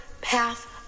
path